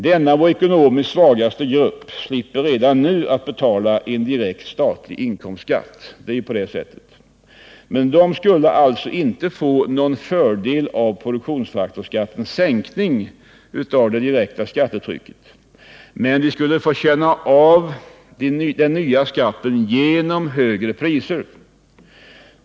Denna vår ekonomiskt svagaste grupp slipper redan nu betala en direkt statlig inkomstskatt. De skulle alltså inte ha någon fördel av produktionsfaktorsskattens sänkning av det direkta skattetrycket, men de skulle få känna av den nya skatten genom högre priser.